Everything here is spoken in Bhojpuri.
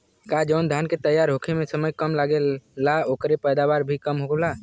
का जवन धान के तैयार होखे में समय कम लागेला ओकर पैदवार भी कम होला?